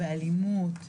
באלימות,